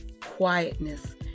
quietness